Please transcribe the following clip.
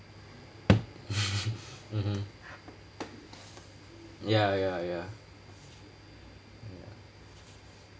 mmhmm ya ya ya